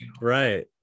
Right